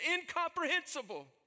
incomprehensible